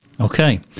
Okay